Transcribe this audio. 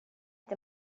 det